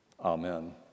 Amen